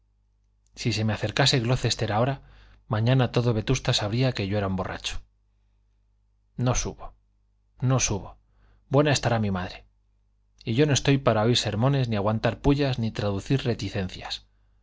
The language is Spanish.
si se me acercase glocester ahora mañana todo vetusta sabría que yo era un borracho no subo no subo buena estará mi madre y yo no estoy para oír sermones ni aguantar pullas ni traducir reticencias